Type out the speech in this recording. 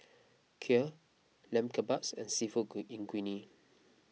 Kheer Lamb Kebabs and Seafood Linguine